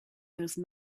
those